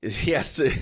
Yes